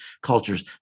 cultures